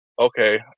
okay